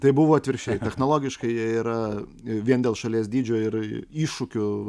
tai buvo atvirkščiai technologiškai jie yra vien dėl šalies dydžio ir iššūkių